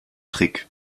trick